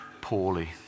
poorly